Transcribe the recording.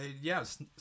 yes